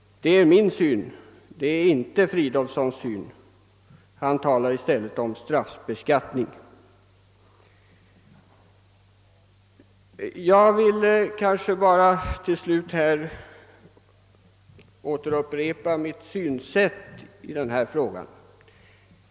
Det är min syn, inte herr Fridolfssons. Han talar i stället om straffbeskattning. Slutligen kanske jag ännu en gång skall tala om hurudan min syn på denna fråga är.